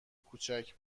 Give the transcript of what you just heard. کوچک